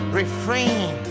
refrain